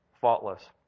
faultless